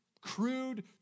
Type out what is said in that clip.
crude